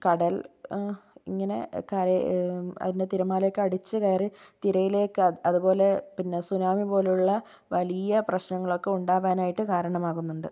കടൽ ഇങ്ങനെ കരയി അതിൻ്റെ തിരമാലയൊക്കെ അടിച്ചുകയറി തിരയിലേക്ക് അത് അതുപോലെ സുനാമി പോലെയുള്ള വലിയ പ്രശ്നങ്ങളൊക്കെ ഉണ്ടാകാനായിട്ട് കാരണമാകുന്നുണ്ട്